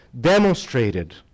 demonstrated